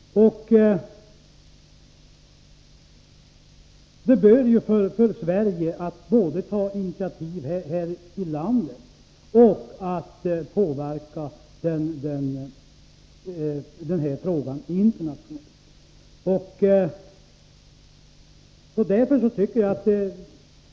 Det bör vara möjligt för Sverige att både ta initiativ här i landet och att påverka bilavgasfrågan internationellt.